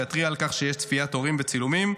שיתריע על כך שיש צפיית הורים בצילומים,